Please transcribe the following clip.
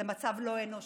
זה מצב לא אנושי,